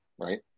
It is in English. right